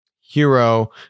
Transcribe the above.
Hero